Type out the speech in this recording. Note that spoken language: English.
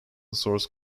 source